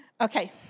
Okay